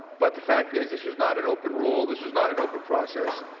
but the fact is, this is not an open rule, this is not an open process.